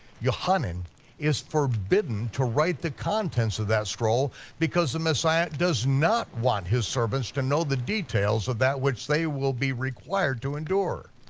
yochanan is forbidden to write the contents of that scroll because the messiah does not want his servants to know the details of that which they will be required to endure.